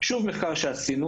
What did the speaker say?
שוב לפי מחקר שעשינו,